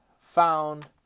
found